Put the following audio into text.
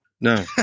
No